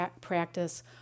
practice